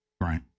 Right